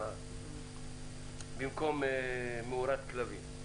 מאורת כלבים.